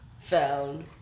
found